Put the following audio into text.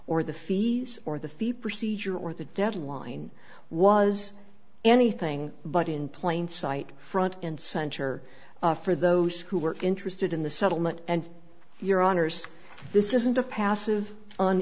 or the fees or the fee procedure or the deadline was anything but in plain sight front and center for those who were interested in the settlement and your honors this isn't a pass